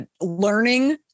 learning